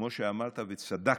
כמו שאמרת וצדקת,